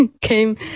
came